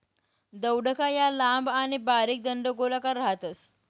दौडका या लांब आणि बारीक दंडगोलाकार राहतस